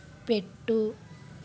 పెట్టు